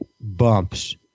bumps